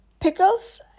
pickles